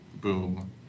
boom